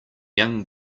young